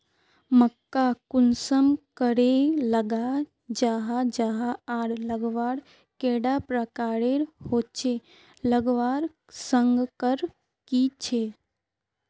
मक्का कुंसम करे लगा जाहा जाहा आर लगवार कैडा प्रकारेर होचे लगवार संगकर की झे?